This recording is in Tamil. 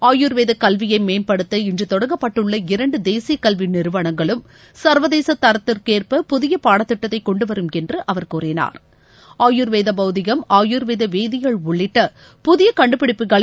ஆயுர்வேத கல்வியை மேம்படுத்த இன்று தொடங்கப்பட்டுள்ள இரண்டு தேசிய கல்வி நிறுவனங்களும் சர்வதேச தரத்திற்குகேற்ப புதிய பாடத்திட்டத்தை கொண்டுவரும் என்று அவர் கூறினார் ஆயுர்வேத பௌதிகம் ஆயுர்வேத வேதியியல் உள்ளிட்ட புதிய கண்டுபிடிப்புகளை